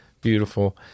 beautiful